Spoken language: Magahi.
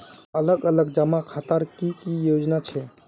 अलग अलग जमा खातार की की योजना छे?